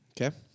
Okay